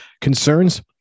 concerns